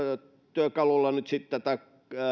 työkaluilla nyt tuetaan tätä